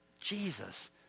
Jesus